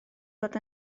fod